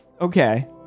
Okay